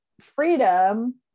freedom